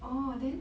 orh then